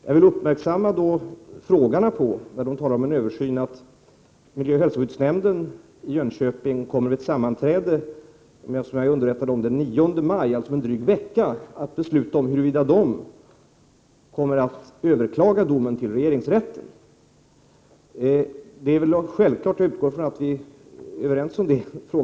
Jag vill uppmärksamma frågeställarna på, när de talar om en översyn, att miljöoch hälsoskyddsnämnden i Jönköping vid ett sammanträde den 9 maj, alltså om en dryg vecka, kommer att besluta om huruvida den kommer att överklaga domen till regeringsrätten.